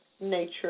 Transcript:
nature